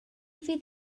fydd